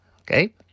okay